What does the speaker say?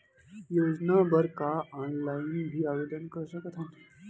योजना बर का ऑनलाइन भी आवेदन कर सकथन?